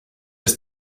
bis